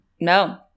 no